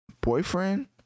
boyfriend